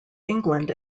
england